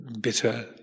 bitter